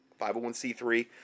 501c3